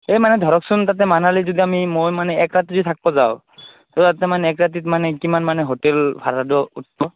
এই মানে ধৰকচোন তাতে মানালীত যদি আমি মই মানে এক ৰাতি যদি থাকিব যাওঁ তো তাতে মানে এক ৰাতিত মানে কিমান মানে হোটেল ভাড়াটো হ'ব